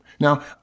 Now